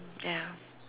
ya